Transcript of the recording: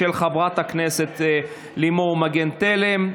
של חברת הכנסת לימור מגן תלם.